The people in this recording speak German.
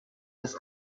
des